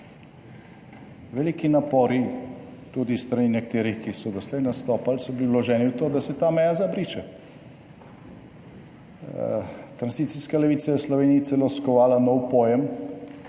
Veliki napori tudi s strani nekaterih, ki so doslej nastopali, so bili vloženi v to, da se ta meja zabriše. Tranzicijska levica je v Sloveniji celo skovala nov pojem,